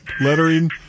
lettering